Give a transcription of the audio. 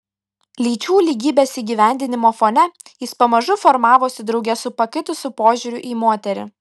lyčių lygybės įgyvendinimo fone jis pamažu formavosi drauge su pakitusiu požiūriu į moterį